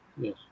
Yes